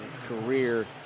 Career